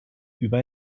über